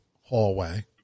hallway